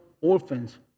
orphans